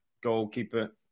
goalkeeper